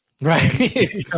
Right